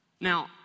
Now